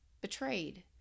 betrayed